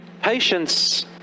Patience